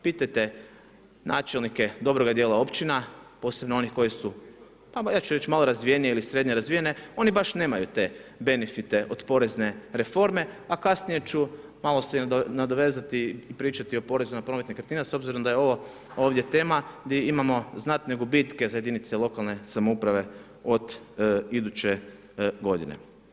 Pitajte načelnike dobroga dijela općina, posebno onih koji su tamo, ja ću reći malo razvijenije ili srednje razvijene, oni baš nemaju te benefite od porezne reforme, a kasnije ću malo se onda nadovezati i pričati o porezu na promet nekretnina s obzirom da je ovo ovdje tema gdje imamo znatne gubitke za jedinice lokalne samouprave od iduće godine.